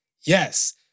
Yes